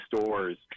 stores